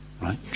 Right